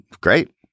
great